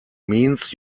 means